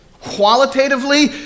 qualitatively